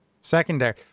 Secondary